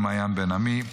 ומעיין בן עמי,